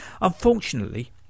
Unfortunately